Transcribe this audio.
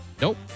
Nope